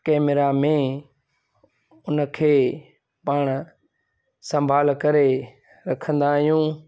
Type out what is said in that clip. camera में उनखे पाण संभाल करे रखंदा आहियूं